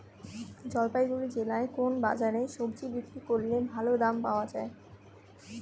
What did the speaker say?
জলপাইগুড়ি জেলায় কোন বাজারে সবজি বিক্রি করলে ভালো দাম পাওয়া যায়?